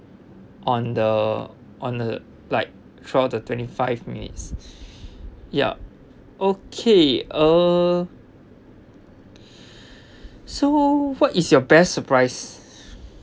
on the on the like throughout the twenty five minutes yup okay uh so what is your best surprise